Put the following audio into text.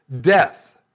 death